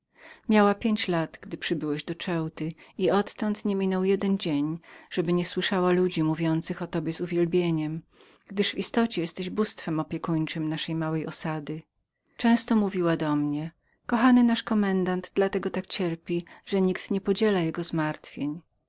miała pięć lat gdy przybyłeś do ceuty i odtąd nie minął jeden dzień żeby nie słyszała ludzi mówiących o tobie z uwielbieniem gdyż w istocie jesteś bóstwem opiekuńczem naszej małej osady często mówiła do miemnie kochany nasz komendant dla tego tak cierpi że nikt nie podziela jego zmartwień